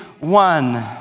One